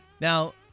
Now